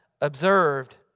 observed